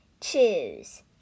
Choose